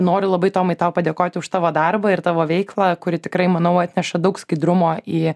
noriu labai tomai tau padėkoti už tavo darbą ir tavo veiklą kuri tikrai manau atneša daug skaidrumo į